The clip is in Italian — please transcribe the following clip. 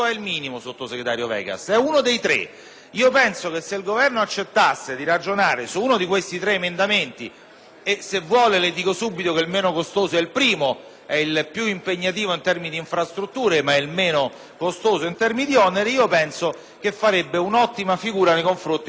se vuole le dico subito che il meno costoso eil 2.411, il piu impegnativo in termini di infrastrutture ma il meno costoso in termini di oneri – penso farebbe un’ottima figura nei confronti dei cittadini abruzzesi. Ci interesserebbe sapere se il Governo e` disposto a cambiare idea su uno di questi tre emendamenti.